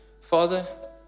Father